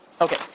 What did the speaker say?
okay